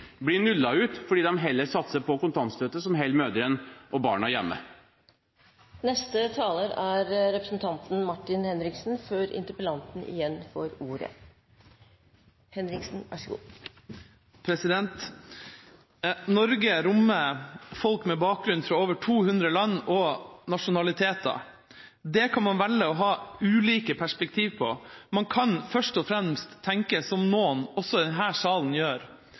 blir nullet ut, fordi de heller satser på kontantstøtte, som holder mødrene og barna hjemme. Norge rommer folk med bakgrunn fra over 200 land og nasjonaliteter. Det kan man velge å ha ulike perspektiver på. Man kan først og fremst tenke som noen også i denne salen gjør,